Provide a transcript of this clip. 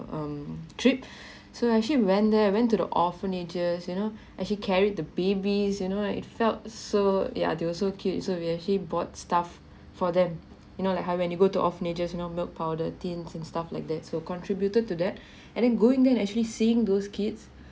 um trip so I actually went there I went to the orphanages you know actually carried the babies you know and it felt so yeah they were so cute so we actually bought stuff for them you know like how when you go to orphanages you know milk powder tins and stuff like that so contributed to that and then going there actually seeing those kids